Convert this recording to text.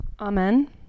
Amen